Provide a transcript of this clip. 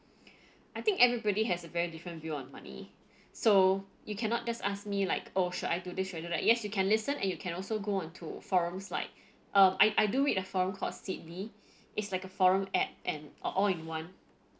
I think everybody has a very different view on money so you cannot just ask me like oh should I do this or should I do that yes you can listen and you can also go onto forums like um I I do read a forum called seedly is like a forum app an all in one